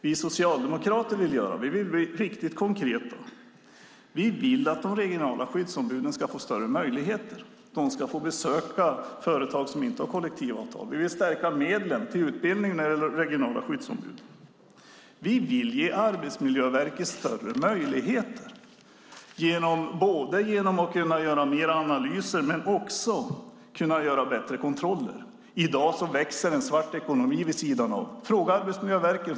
Vi socialdemokrater vill bli riktigt konkreta. Vi vill att de regionala skyddsombuden ska få större möjligheter och att de ska få besöka företag som inte har kollektivavtal. Vi vill göra en förstärkning i fråga om medlen till utbildning av regionala skyddsombud. Vi vill ge Arbetsmiljöverket större möjligheter så att man kan göra mer analyser och bättre kontroller. I dag växer en svart ekonomi vid sidan av. Fråga Arbetsmiljöverket!